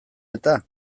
eta